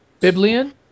Biblion